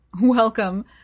Welcome